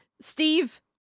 Steve